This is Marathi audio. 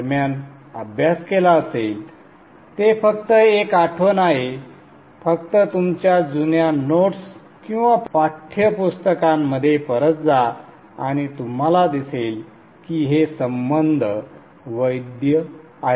दरम्यान अभ्यास केला असेल ते फक्त एक आठवण आहे फक्त तुमच्या जुन्या नोट्स आणि पाठ्यपुस्तकांमध्ये परत जा आणि तुम्हाला दिसेल की हे संबंध वैध आहेत